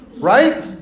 Right